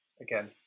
Again